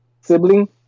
Sibling